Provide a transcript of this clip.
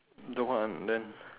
don't want then